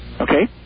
okay